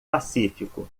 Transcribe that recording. pacífico